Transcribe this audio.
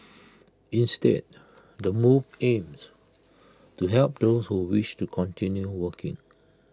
instead the move aims to help those who wish to continue working